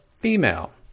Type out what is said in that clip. female